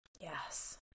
Yes